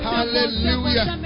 Hallelujah